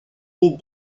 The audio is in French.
les